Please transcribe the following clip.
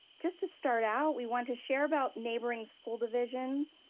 just to start out, we want to share about neighboring school divisions.